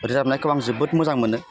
रोजाबनायखौ आं जोबोद मोजां मोनो